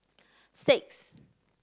six